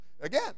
Again